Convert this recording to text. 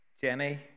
Jenny